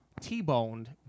T-boned